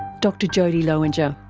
dr jodie lowinger.